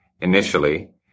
Initially